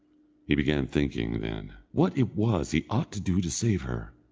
he began thinking, then, what it was he ought to do to save her,